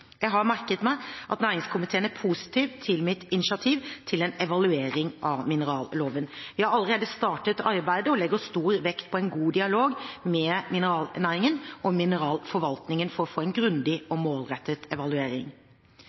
Jeg har merket meg at næringskomiteen er positiv til mitt initiativ til en evaluering av mineralloven. Vi har allerede startet arbeidet og legger stor vekt på en god dialog med mineralnæringen og mineralforvaltningen for å få en grundig og målrettet evaluering.